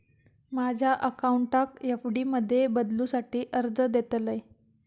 माझ्या अकाउंटाक एफ.डी मध्ये बदलुसाठी अर्ज देतलय